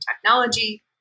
technology